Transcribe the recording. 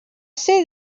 ser